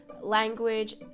language